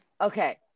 Okay